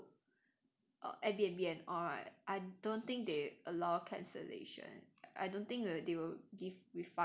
err aribnb and all right I don't think they allow cancellation I don't think they will give refund or so